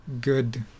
good